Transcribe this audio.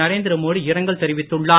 நரேந்திர மோடி இரங்கல் தெரிவித்துள்ளார்